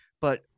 but-